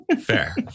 Fair